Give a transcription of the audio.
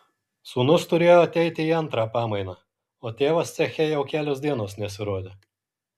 sūnus turėjo ateiti į antrą pamainą o tėvas ceche jau kelios dienos nesirodė